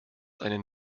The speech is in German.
einen